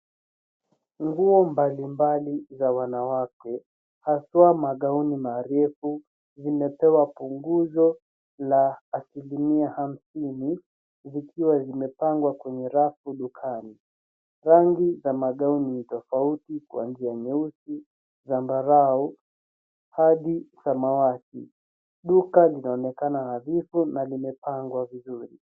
Nguo mbalimbali za wanawake, haswa magauni marefu, zimepewa punguzo la asilimia hamsini, zikiwa zimepangwa kwenye rafu dukani. Rangi za magauni ni tofauti kuanzia nyeusi, zambarau hadi samawati . Duka linaonekana nadhifu na limepangwa vizuri.